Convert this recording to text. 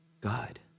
God